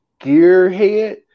gearhead